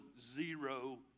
zero